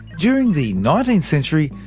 during the nineteenth century,